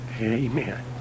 Amen